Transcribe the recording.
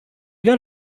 got